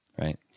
Right